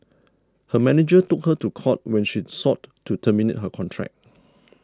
her manager took her to court when she sought to terminate her contract